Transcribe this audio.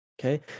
Okay